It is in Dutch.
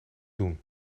doen